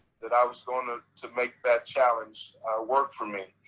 that i was going ah to make that challenge work for me.